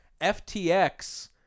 FTX